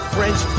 French